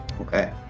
Okay